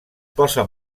posa